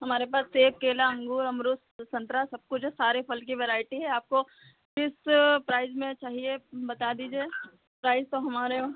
हमारे पास सेब केला अंगूर अमरूद संतरा सब कुछ हैं सारे फल की वेराइटी है आपको किस प्राइज़ में चाहिए बता दीजिए प्राइज़ तो हमारे वहाँ